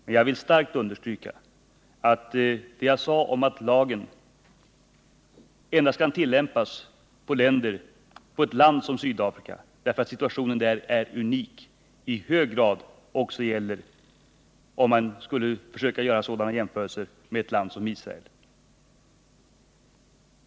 Men jag vill starkt understryka att det jag sade om att lagen endast kan tillämpas på ett land som Sydafrika, därför att situationen där är unik, i hög grad också gäller om man skulle försöka göra sådana jämförelser med ett land som Israel.